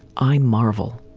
i marvel.